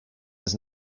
does